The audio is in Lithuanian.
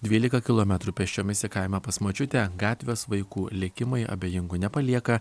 dvylika kilometrų pėsčiomis į kaimą pas močiutę gatvės vaikų likimai abejingų nepalieka